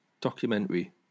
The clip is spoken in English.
documentary